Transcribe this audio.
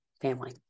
family